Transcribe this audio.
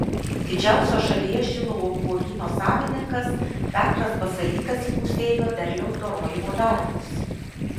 didžiausio šalyje šilauogių uogyno savininkas petras basalykas įpusėjo derliaus dorojimo darbus